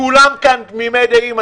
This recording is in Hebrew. כולם פה תמימי דעים.